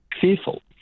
fearful